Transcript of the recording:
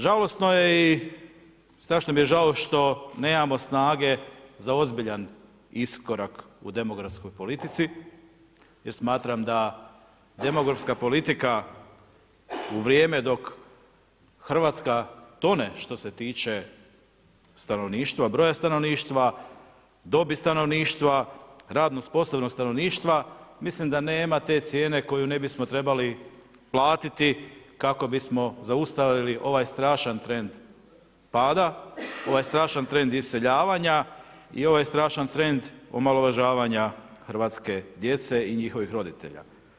Žalosno je i strašno mi je žao što nemamo snage za ozbiljan iskorak u demografskoj politici jer smatram da demografska politika u vrijeme dok Hrvatska tone što se tiče stanovništva, broja stanovništva, dobi stanovništva, radno sposobnog stanovništva, mislim da nema te cijene koju ne bismo trebali platiti kako bismo zaustavili ovaj strašan trend pada, ovaj strašan trend iseljavanja i ovaj strašan trend omalovažavanja hrvatske djece i njihovih roditelja.